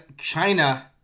China